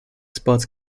sports